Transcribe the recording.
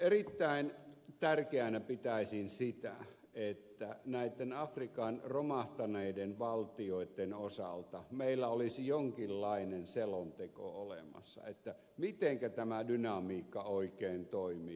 erittäin tärkeänä pitäisin sitä että näitten afrikan romahtaneiden valtioitten osalta meillä olisi jonkinlainen selonteko olemassa sen suhteen mitenkä tämä dynamiikka oikein toimii